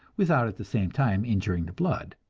without at the same time injuring the blood.